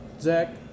Zach